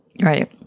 Right